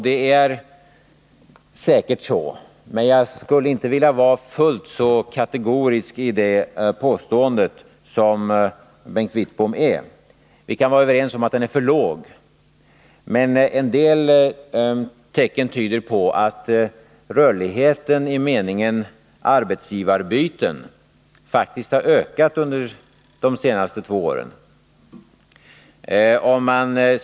Det är säkert så, men jag skulle inte uttrycka mig fullt så kategoriskt. Vi kan vara överens om att rörligheten är för låg, men en del tecken tyder på att den i meningen arbetsgivarbyte faktiskt har ökat under de senaste två åren.